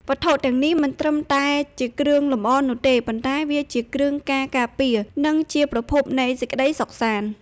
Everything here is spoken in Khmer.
វត្ថុទាំងនេះមិនត្រឹមតែជាគ្រឿងលម្អនោះទេ ប៉ុន្តែវាជាគ្រឿងការការពារ និងជាប្រភពនៃសេចក្ដីសុខសាន្ត។